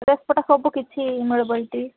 dress ପଟା ସବୁ କିଛି ମିଳିବ ଏଇଠି